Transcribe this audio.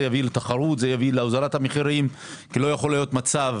זה יוביל לתחרות ולהוזלת המחירים כי לא יכול להיות מצב